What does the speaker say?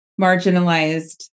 marginalized